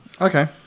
Okay